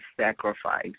sacrifice